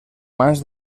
mans